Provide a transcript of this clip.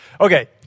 okay